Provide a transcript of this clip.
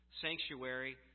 sanctuary